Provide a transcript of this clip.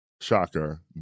shocker